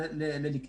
לליקית.